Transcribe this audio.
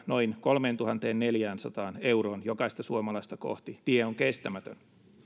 noin kolmeentuhanteenneljäänsataan euroon jokaista suomalaista kohti tie on kestämätön